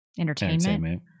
entertainment